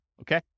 Okay